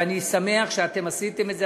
ואני שמח שאתם עשיתם את זה,